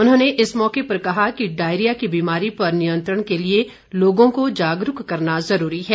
उन्होंने इस मौके पर कहा कि डायरिया की बीमारी पर नियंत्रण के लिए लोगों को जागरूक करना जरूरी है